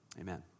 Amen